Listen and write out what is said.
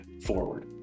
forward